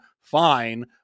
fine